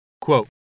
Quote